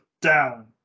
down